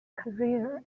career